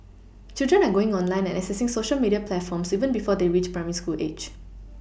children are going online and accessing Social media platforms even before they reach primary school age